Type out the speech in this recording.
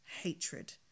hatred